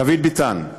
דוד ביטן,